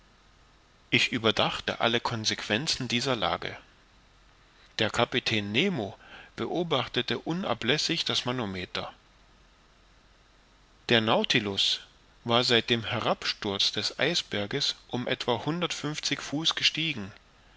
ich überdachte alle consequenzen dieser lage der kapitän nemo beobachtete unablässig das manometer der nautilus war seit dem herabsturz des eisberges um etwa hundertundfünfzig fuß gestiegen